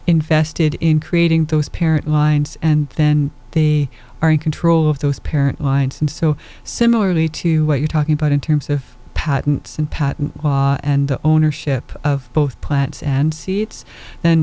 invested in creating those parent lines and then they are in control of those parent lines and so similarly to what you're talking about in terms of patents and patent law and the ownership of both plants and seeds and